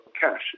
cash